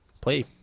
play